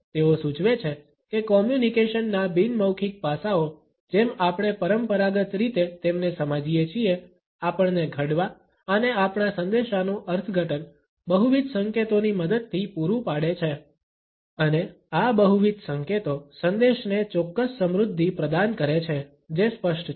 તેઓ સૂચવે છે કે કોમ્યુનિકેશનના બિન મૌખિક પાસાઓ જેમ આપણે પરંપરાગત રીતે તેમને સમજીએ છીએ આપણને ઘડવા અને આપણા સંદેશાનું અર્થઘટન બહુવિધ સંકેતોની મદદથી પૂરું પાડે છે અને આ બહુવિધ સંકેતો સંદેશને ચોક્કસ સમૃદ્ધિ પ્રદાન કરે છે જે સ્પષ્ટ છે